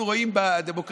אנחנו רואים בדמוקרטיה,